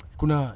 kuna